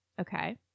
Okay